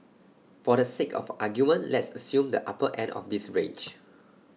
for the sake of argument let's assume the upper end of this range